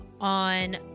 on